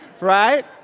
right